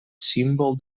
símbol